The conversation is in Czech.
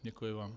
Děkuji vám.